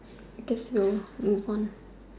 because you move on